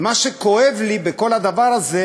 ומה שכואב לי בכל הדבר הזה